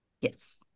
Yes